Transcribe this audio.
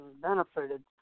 Benefited